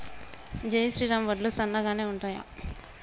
జై శ్రీరామ్ వడ్లు సన్నగనె ఉంటయా?